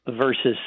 versus